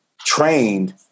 trained